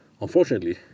Unfortunately